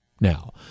now